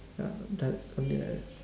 ya that something like that